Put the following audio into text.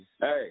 hey